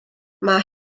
mae